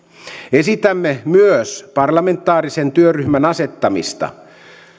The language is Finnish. esitämme myös parlamentaarisen työryhmän asettamista